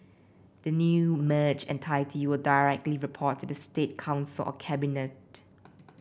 the new merged entity will directly report to the State Council or cabinet